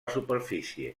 superfície